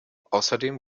außerdem